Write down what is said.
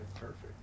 perfect